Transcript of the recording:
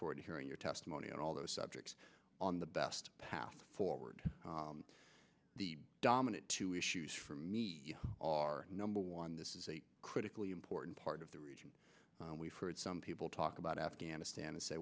forward to hearing your testimony on all those subjects on the best path forward the dominant two issues for me are number one this is a critically important part of the region we've heard some people talk about afghanistan and say